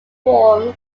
warm